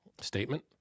Statement